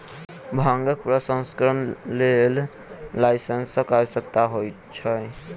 भांगक प्रसंस्करणक लेल लाइसेंसक आवश्यकता होइत छै